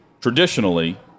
Traditionally